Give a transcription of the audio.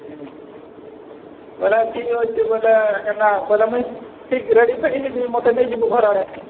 ହୁଁ ବୋଇଲେ ଠିକ୍ ଅଛେଁ ବୋଇଲେ କେନ୍ତା ବୋଲେ ମୁଇଁ ଠିକ୍ ରେଡ଼ିଫେଡ଼ି ହେଇଥିମି ମୋତେ ନେଇଯିବୁ ଘରଆଡ଼େ